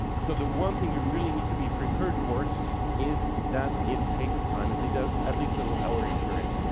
so the one thing you really need to be prepared for is that it takes time, at least at least it was our experience.